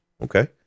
Okay